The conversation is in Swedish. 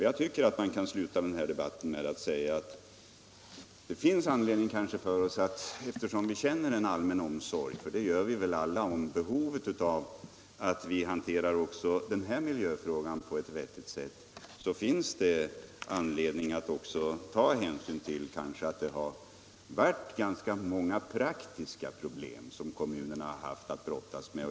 Jag tycker att man kan sluta den här debatten med att säga att det kanske finns anledning för oss — eftersom vi alla känner behovet av omsorg på den här punkten och inser att det är nödvändigt att hantera också den här miljöfrågan på ett vettigt sätt — att ta hänsyn till att kommunerna har haft ganska många praktiska problem att brottas med.